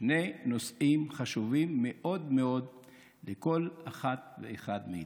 שני נושאים חשובים מאוד מאוד לכל אחת ואחד מאיתנו.